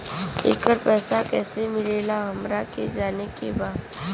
येकर पैसा कैसे मिलेला हमरा के जाने के बा?